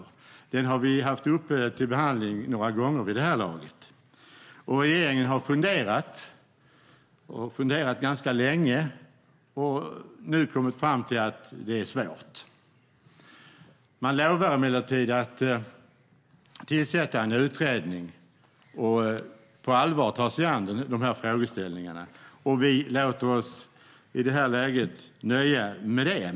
Den frågan har vi haft uppe till behandling några gånger vid det här laget. Regeringen har funderat och funderat ganska länge och har nu kommit fram till att det är svårt. Man lovar emellertid att tillsätta en utredning och på allvar ta sig an de här frågeställningarna. Vi låter oss i det här läget nöjas med det.